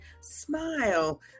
Smile